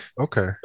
Okay